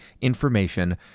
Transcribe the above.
information